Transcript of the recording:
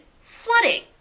flooding